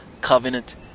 covenant